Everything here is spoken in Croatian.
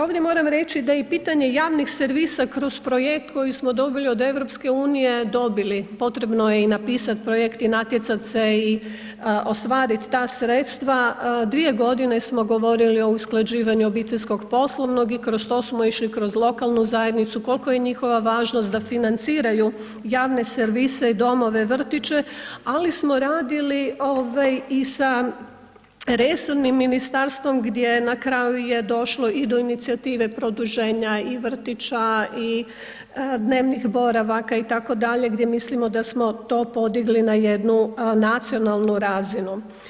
Ovdje moram reći da je i pitanje javnih servisa kroz projekt koji smo dobili od EU-a, dobili potrebno je napisat projekt i natjecat se i ostvarit ta sredstva, 2 g. smo govorili o usklađivanju obiteljskog i poslovnog i kroz to smo išli kroz lokalnu zajednicu, kolika je njihova važnost da financiraju javne servise i domove, vrtiće, ali smo radili i sa resornim ministarstvom gdje na kraju je došlo i do inicijative produženja i vrtića i dnevnih boravaka itd., gdje mislimo da smo to podigli na jednu nacionalnu razinu.